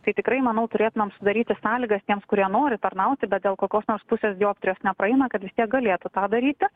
tai tikrai manau turėtumėm sudaryti sąlygas tiems kurie nori tarnauti dėl kokios nors pusės dioptrijos nepraeina kad vis tiek galėtų tą daryti